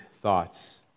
thoughts